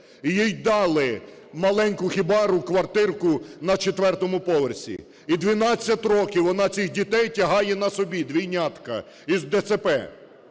і їй дали маленьку хібару, квартирку на четвертому поверсі. І 12 років вона цих дітей тягає на собі, двійнятка із ДЦП.